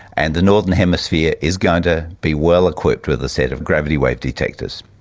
and the northern hemisphere is going to be well equipped with a set of gravity wave detectors.